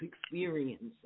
experiences